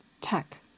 tech